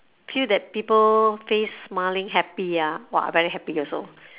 feel that people face smiling happy ah !wah! very happy also